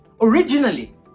Originally